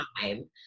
time